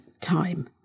time